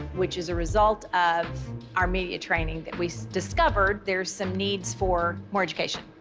which is a result of our media training, that we discovered there's some needs for more education.